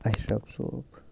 Ashraf Sahib